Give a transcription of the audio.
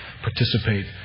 participate